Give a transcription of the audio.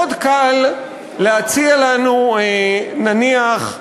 מאוד קל להציע לנו, נניח,